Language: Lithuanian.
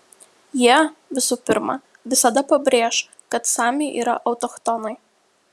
jie visų pirma visada pabrėš kad samiai yra autochtonai